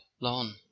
lawn